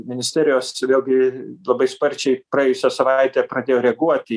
ministerijos čia vėlgi labai sparčiai praėjusią savaitę pradėjo reaguoti